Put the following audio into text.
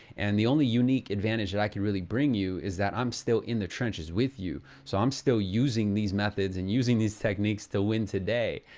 and the only unique advantage that i can really bring you is that i'm still in the trenches with you. so i'm still using these methods and using these techniques to win today.